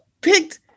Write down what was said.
picked